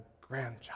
grandchild